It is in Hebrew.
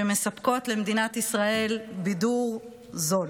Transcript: שמספקות למדינת ישראל בידור זול.